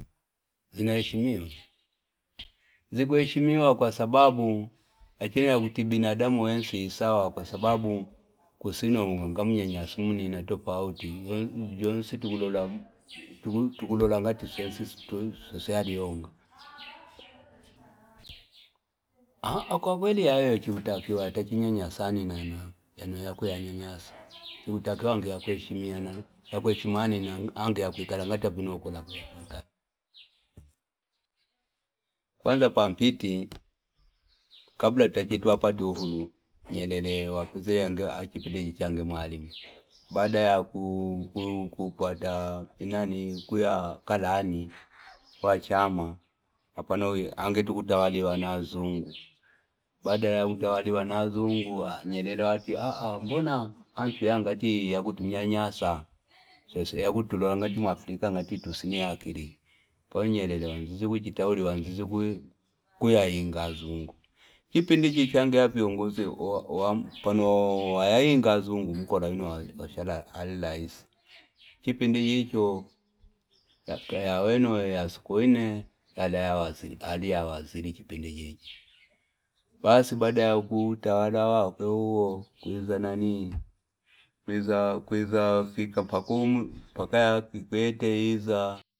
Zina eshimiwa, ziku eshimiwa kwasababu achino ya kuti binadamu wensi isawa kwasababu kusi uno angamnyanyasa munina tofauti, we- wensi tukulola ngati sweswe yaliyonga, ah ah kwakweli yayo chikuta kiwa yatanyanyasa anina chikutakiwa enge yakweshimiana na anina enge yakwikwala ngati, yene vino yakwikala, kwanza pampiti kabla tutataka twapata uhuru Nyerere wapelnga enge achili amwalimu baada ya ku- ku- kupata nani kuya kala ni wa chama apano enge tukatawaliwa na zungu baada ya kutawaliwa na zungu Nyerere watiaa mbona atiangati yakutunyanyasa sweswe yakutulola ngati Africa tusi nyakili ko Nyerere wazinzye nikutauli wanzize kuyainga azungu chipindi chichangia viongozi wa- wa- mfano wa yainga azunga mukota awuno washala raisi chipindi chicho yaka yaweno ya sokoine yali ayawaziri chipindi hicho basi baada ya ku utawala wakwe wuo kulinga nanii kwizafikapakumwe mpaka ya Kikwete iza.